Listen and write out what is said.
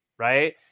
Right